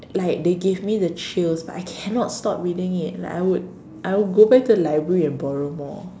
like they give me the chills but I cannot stop reading it like I would I would go back to the library and borrow more